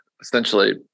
essentially